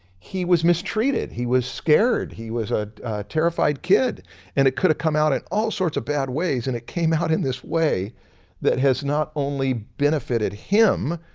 he was mistreated, he was scared, he was a terrified kid and it could have come out in all sorts of bad ways and it came out in this way that has not only benefited him,